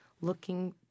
looking